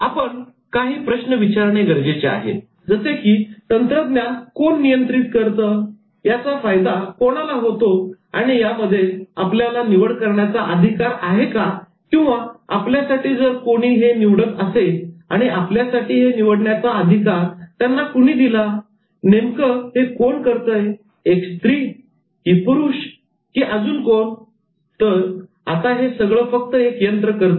आपण पण काही प्रश्न विचारणे गरजेचे आहे जसे की तंत्रज्ञान कोण नियंत्रित करतं याचा फायदा कोणाला होतो आणि यामध्ये आपल्याला निवड करण्याचा अधिकार आहे का किंवा आपल्यासाठी जर कोण हे निवडत असेल आणि आपल्यासाठी हे निवडण्याचा अधिकार त्यांना कुणी दिला नेमकं हे कोण करतय एक स्त्री की पुरुष की अजून कोण तर आता हे सगळं फक्त एक यंत्र करतय